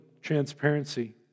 transparency